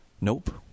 Nope